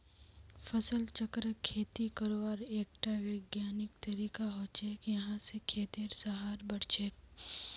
फसल चक्र खेती करवार एकटा विज्ञानिक तरीका हछेक यहा स खेतेर सहार बढ़छेक